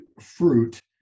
fruit